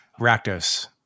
Rakdos